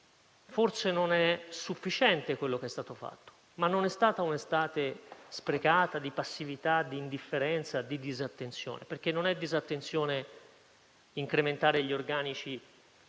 Forse non è sufficiente quello che è stato fatto, ma non è stata un'estate sprecata, di passività, di indifferenza, di disattenzione. Non è disattenzione incrementare gli organici